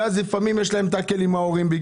ולפעמים בגלל זה יש להם תאקל עם ההורים.